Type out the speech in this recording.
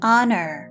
Honor